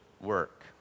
work